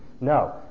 No